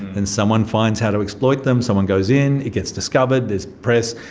and someone finds how to exploit them, someone goes in, it gets discovered, there's press,